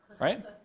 right